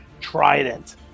trident